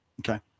Okay